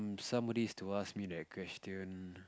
somebody is to ask me that question